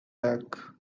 back